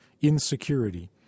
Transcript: insecurity